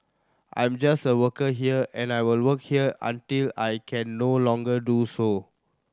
I'm just a worker here and I will work here until I can no longer do so